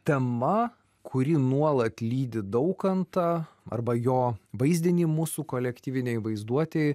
tema kuri nuolat lydi daukantą arba jo vaizdinį mūsų kolektyvinėj vaizduotėj